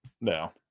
No